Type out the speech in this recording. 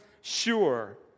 sure